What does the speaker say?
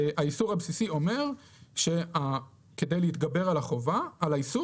האיסור הבסיסי אומר שכדי להתגבר על החובה על האיסור